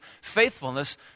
faithfulness